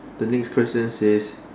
the next questions says